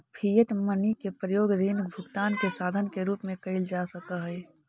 fiat money के प्रयोग ऋण भुगतान के साधन के रूप में कईल जा सकऽ हई